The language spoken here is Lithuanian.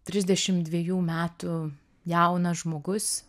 trisdešim dvejų metų jaunas žmogus